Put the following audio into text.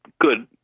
good